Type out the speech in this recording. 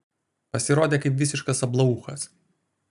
pasirodė kaip visiškas ablaūchas